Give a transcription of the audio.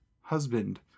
husband